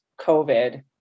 COVID